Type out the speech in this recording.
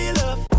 love